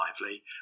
lively